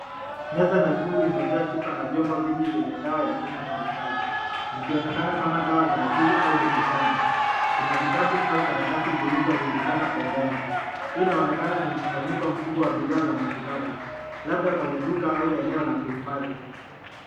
Meza nyekundu imejaa chupa na viombo vingi venye dawa ya aina mbalimbali, zikionekana kama dawa za asili au miti shamba. Kuna vitabu au karatasi zilizo rundikana pembeni, hii inaonekana ni mkusanyiko mkubwa wa bidhaa za matibabu. Labda mwenye duka au eneo la kuifadhi.